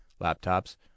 laptops